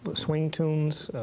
but swing tunes?